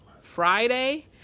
Friday